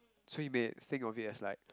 so you may think of it as like